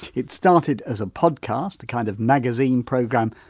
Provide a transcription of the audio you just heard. it started as a podcast, a kind of magazine programme,